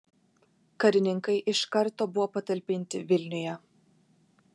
karininkai iš karto buvo patalpinti vilniuje